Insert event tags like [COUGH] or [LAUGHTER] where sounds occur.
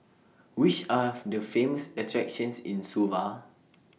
Which Are [NOISE] The Famous attractions in Suva